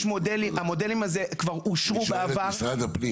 יש מודלים שכבר אושרו בעבר.